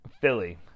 Philly